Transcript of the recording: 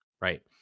Right